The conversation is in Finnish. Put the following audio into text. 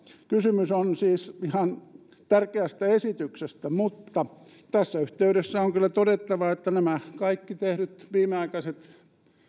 kysymys on siis ihan tärkeästä esityksestä mutta tässä yhteydessä on kyllä todettava että nämä kaikki viimeaikaiset